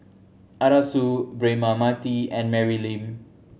Arasu Braema Mathi and Mary Lim